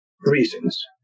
reasons